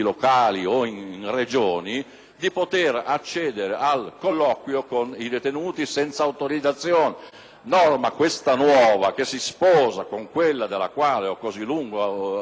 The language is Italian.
con i detenuti senza autorizzazione. È questa una norma nuova, che si sposa con quella della quale ho così a lungo parlato ieri e che incrementa,